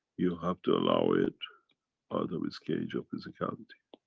you have to allow it out of its cage of physicality.